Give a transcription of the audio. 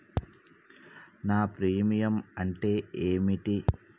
నా ప్రీమియం అంటే ఏమిటి?